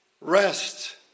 Rest